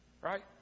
Right